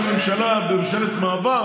מכיוון שהממשלה היא ממשלת מעבר,